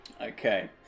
Okay